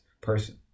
person